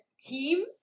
team